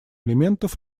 элементов